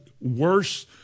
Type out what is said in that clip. worse